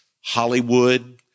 Hollywood